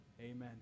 amen